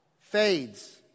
fades